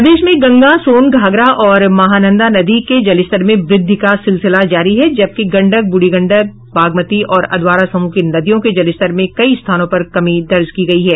प्रदेश में गंगा सोन घाघरा और महानंदा नदी के जलस्तर में वृद्धि का सिलसिला जारी है जबकि गंडक ब्रुढ़ी गंडक बागमती और अधवारा समूह की नदियों के जलस्तर में कई स्थानों पर कमी दर्ज की गयी है